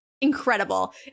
Incredible